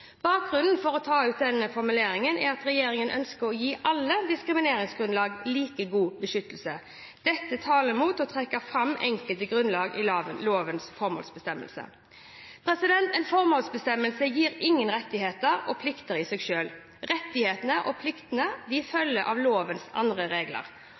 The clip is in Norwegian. Bakgrunnen for å ta ut denne formuleringen er at regjeringen ønsker å gi alle like god beskyttelse uansett diskrimineringsgrunnlag. Dette taler mot å trekke fram enkelte grunnlag i lovens formålsbestemmelse. En formålsbestemmelse gir ingen rettigheter og plikter i seg selv. Rettighetene og pliktene følger av lovens andre regler.